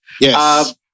Yes